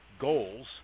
goals